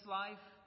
life